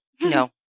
No